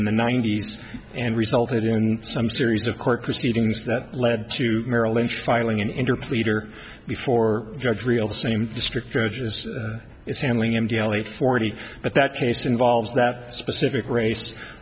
in the ninety's and resulted in some series of court proceedings that led to merrill lynch filing an interplay her before judge real the same district judge as it's handling him galley forty but that case involves that specific race